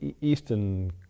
Eastern